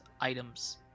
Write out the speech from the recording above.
items